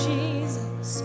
Jesus